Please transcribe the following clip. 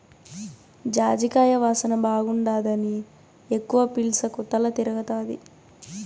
జాజికాయ వాసన బాగుండాదని ఎక్కవ పీల్సకు తల తిరగతాది